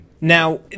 Now